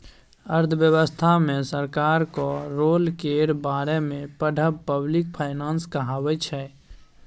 अर्थव्यवस्था मे सरकारक रोल केर बारे मे पढ़ब पब्लिक फाइनेंस कहाबै छै